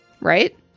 right